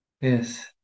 Yes